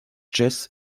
jazz